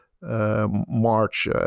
March